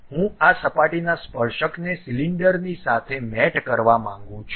હવે હું આ સપાટીના સ્પર્શકને સિલિન્ડરની સાથે મેટ કરવા માંગું છું